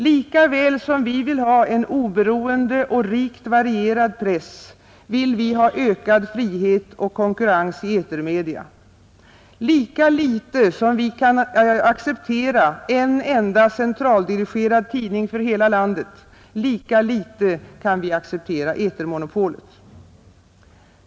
Lika väl som vi vill ha en oberoende och rikt varierad press, vill vi ha ökad frihet och konkurrens i etermedia; lika litet som vi kan acceptera en enda centraldirigerad tidning för hela landet, lika litet kan vi acceptera etermonopolet.